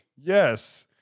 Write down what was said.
Yes